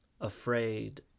Afraid